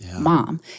mom